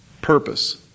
purpose